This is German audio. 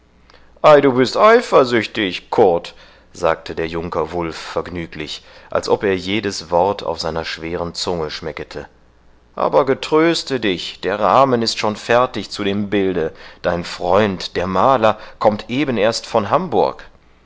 ei du bist eifersüchtig kurt sagte der junker wulf vergnüglich als ob er jedes wort auf seiner schweren zunge schmeckete aber getröste dich der rahmen ist schon fertig zu dem bilde dein freund der maler kommt eben erst von hamburg